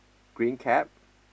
green cap